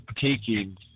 taking